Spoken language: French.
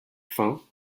fins